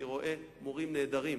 ואני רואה מורים נהדרים.